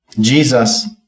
Jesus